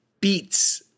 beats